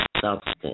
substance